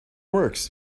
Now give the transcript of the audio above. works